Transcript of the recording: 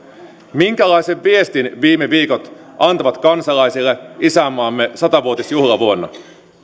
minkälaisen viestin viime viikot antavat kansalaisille isänmaamme satavuotisjuhlavuonna